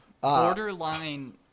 Borderline